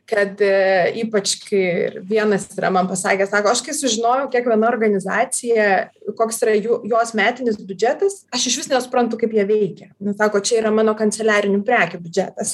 kad ypač kai ir vienas yra man pasakęs sako aš kai sužinojau kiekviena organizacija koks yra jų jos metinis biudžetas aš išvis nesuprantu kaip jie veikia nu sako čia yra mano kanceliarinių prekių biudžetas